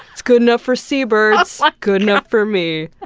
it's good enough for seabirds, like good enough for me.